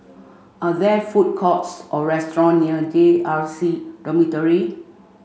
are there food courts or restaurant near J R C Dormitory